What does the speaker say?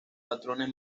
patrones